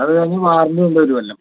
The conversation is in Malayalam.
അത് നമുക്ക് വാറന്റി ഉണ്ട് ഒരു കൊല്ലം